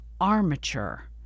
armature